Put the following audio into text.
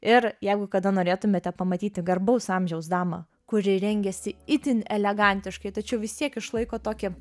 ir jeigu kada norėtumėte pamatyti garbaus amžiaus damą kuri rengiasi itin elegantiškai tačiau vis tiek išlaiko tokį